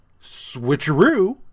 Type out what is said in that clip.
Switcheroo